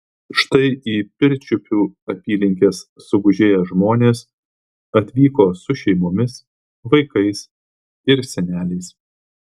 štai į pirčiupių apylinkes sugužėję žmonės atvyko su šeimomis vaikais ir seneliais